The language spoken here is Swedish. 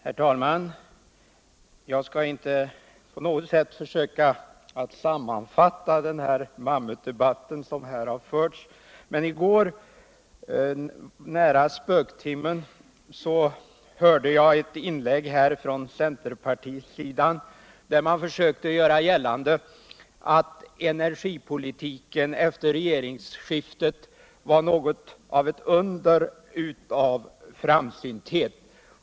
Herr talman! Jag skall inte på något sält försöka sammanfatta den mammutdebatt som har förts. Nära spöktimmen i går hörde jag ett inlägg av en centerpartist. där vederbörande försökte göra gällande att energipolitiken efter regeringsskiftet varit något av ett under av framsynthet.